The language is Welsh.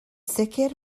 sicr